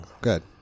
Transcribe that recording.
Good